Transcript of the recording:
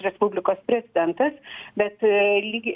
respublikos prezidentas bet lygiai